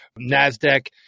NASDAQ